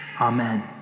Amen